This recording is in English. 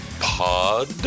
pod